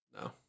No